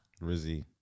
Rizzy